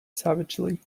savagely